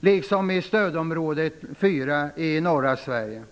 liksom i stödområde 4 i norra Sverige.